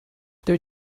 their